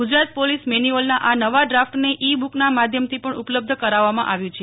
Gujarat police મેન્યુઅલના આ નવા ડ્રાફટને ઈ બકના માધ્યમથી પણ ઉપલબ્ધ કરવવામાં આવ્યું છે